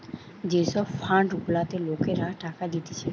যে সব ফান্ড গুলাতে লোকরা টাকা দিতেছে